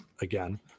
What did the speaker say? again